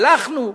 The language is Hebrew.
הלכננו,